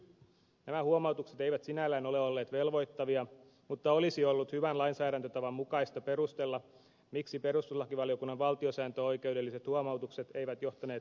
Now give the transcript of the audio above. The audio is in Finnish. nämä huomautukset eivät sinällään ole olleet velvoittavia mutta olisi ollut hyvän lainsäädäntötavan mukaista perustella miksi perustuslakivaliokunnan valtiosääntöoikeudelliset huomautukset eivät johtaneet toimenpiteisiin